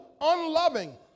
unloving